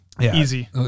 Easy